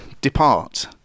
depart